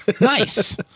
Nice